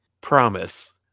promise